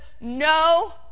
no